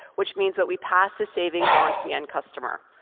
which means that we pass the savings onto the end customer.